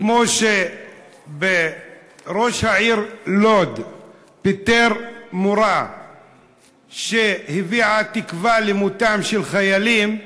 שכמו שראש העיר לוד פיטר מורה שהביעה תקווה למותם של חיילים,